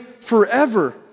forever